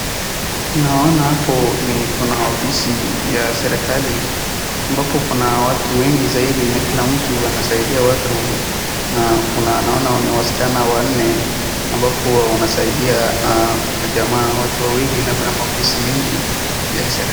Naona hapo ni kuna ofisi ya serikali ambapo kuna watu wengi zaidi na kila mtu anasaidia watu. Na kuna naona ni wasichana wanne ambapo huwa wanasaidia na wajaama watu wawili na kuna ofisi mingi ya kiserikali.